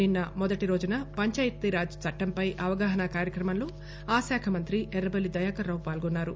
నిన్ప మొదటిరోజున పంచాయతీరాజ్ చట్లంపై అవగాహన కార్యక్రమంలో ఆ శాఖ మంత్రి ఎర్రబల్లి దయాకర్ రావు పాల్గొన్సారు